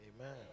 Amen